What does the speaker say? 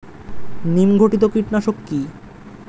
নিম ঘটিত কীটনাশক কি?